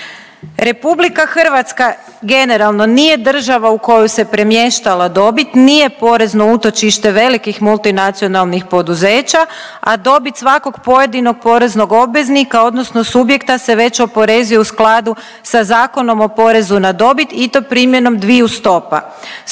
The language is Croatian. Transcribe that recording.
RH generalno nije država u koju se premještala dobit, nije porezno utočište velikih multinacionalnih poduzeća, a dobit svakog pojedinog poreznog obveznika odnosno subjekta se već oporezuje u skladu sa Zakonom o porezu na dobit i to primjenom dviju stopa,